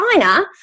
China